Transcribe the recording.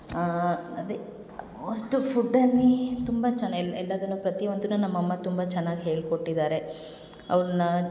ಅದೇ ಅಷ್ಟು ಫುಡ್ಡಲ್ಲಿ ತುಂಬ ಚೆನ್ನ ಎಲ್ಲದನ್ನೂ ಪ್ರತಿಯೊಂದನ್ನು ನಮ್ಮ ಅಮ್ಮ ತುಂಬ ಚೆನ್ನಾಗಿ ಹೇಳಿಕೊಟ್ಟಿದ್ದಾರೆ ಅವ್ರನ್ನ